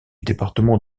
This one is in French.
département